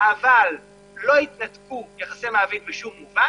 אבל לא יתנתקו יחסי עובד-מעביד בשום מובן,